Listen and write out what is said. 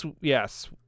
Yes